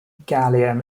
gallium